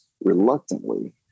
reluctantly